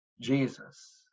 Jesus